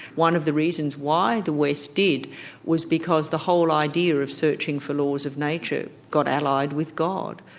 one of the reasons why the west did was because the whole idea of searching for laws of nature got allied with god.